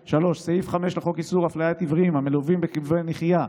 3. סעיף 5 לחוק איסור הפליית עיוורים המלווים בכלבי נחייה,